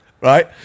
right